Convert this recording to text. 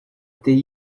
était